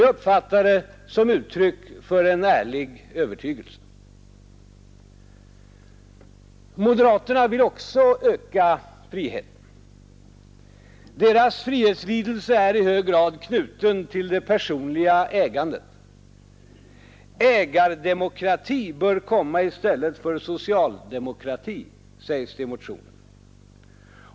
Jag uppfattar det som uttryck för en ärlig övertygelse. Moderaterna vill också öka friheten. Deras frihetslidelse är i hög grad knuten till det personliga ägandet. ”Ägardemokrati bör komma i stället för socialdemokrati”, sägs det i motionen.